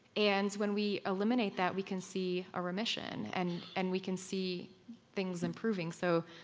and when we eliminate that, we can see a remission and and we can see things improving. so